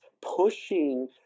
pushing